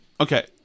Okay